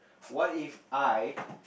what If I